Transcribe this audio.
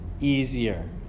easier